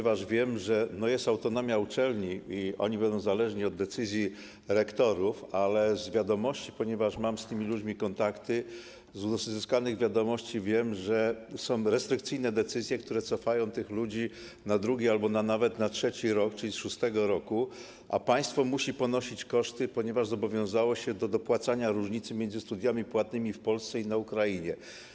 Wiem, że jest autonomia uczelni i oni będą zależni od decyzji rektorów, ale ponieważ mam z tymi ludźmi kontakty, z uzyskanych wiadomości wiem, że są restrykcyjne decyzje, które cofają tych ludzi nawet na drugi albo na trzeci rok z szóstego roku, a państwo musi ponosić koszty, ponieważ zobowiązało się do dopłacania różnicy między studiami płatnymi w Polsce i na Ukrainie.